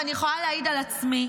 ואני יכולה להעיד על עצמי,